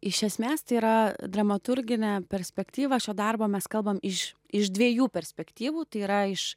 iš esmės tai yra dramaturginė perspektyva šio darbo mes kalbam iš iš dviejų perspektyvųtai yra iš